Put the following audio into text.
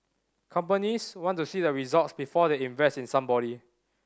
companies want to see the results before they invest in somebody